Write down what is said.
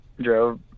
drove